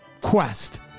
quest